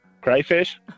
crayfish